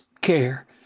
care